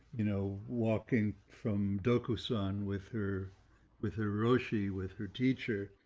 you know, walking from doko son with her with a roshi with her teacher.